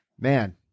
man